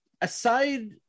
Aside